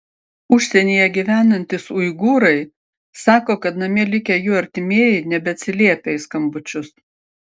užsienyje gyvenantys uigūrai sako kad namie likę jų artimieji nebeatsiliepia į skambučius